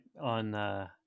on